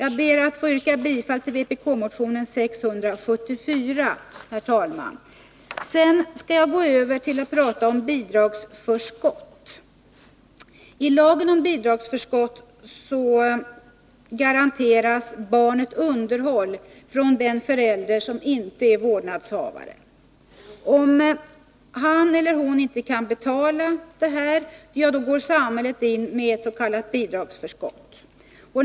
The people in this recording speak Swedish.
Jag ber att få yrka bifall till vpk-motion 674. Sedan skall jag gå över till att tala om bidragsförskott. I lagen om bidragsförskott garanteras barnet underhåll från den förälder som inte är vårdnadshavare. Om han eller hon inte kan betala underhåll går samhället in med etts.k. bidragsförskott.